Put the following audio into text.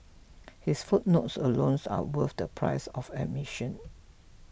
his footnotes are worth the price of admission